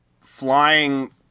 Flying